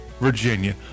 Virginia